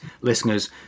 listeners